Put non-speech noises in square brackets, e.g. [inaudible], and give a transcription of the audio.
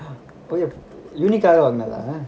[laughs] வந்தாளா:vanthala